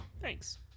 Thanks